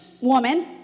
woman